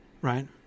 right